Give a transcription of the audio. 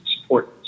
support